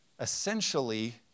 essentially